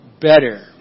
better